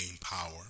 power